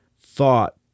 thought